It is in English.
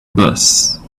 bus